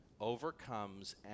overcomes